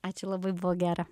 ačiū labai buvo gera